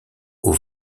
aux